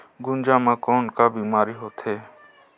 गुनजा मा कौन का बीमारी होथे?